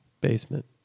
basement